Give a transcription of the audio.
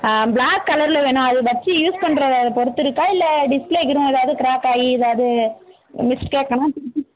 black கலர்ல வேணும் அதை வச்சு யூஸ் பண்ணுறத பொறுத்து இருக்கா இல்லை டிஸ்ப்ளேகிரும் ஏதாவது க்ராக்காகி எதாவது மிஸ்டேக்குனால் திருப்பி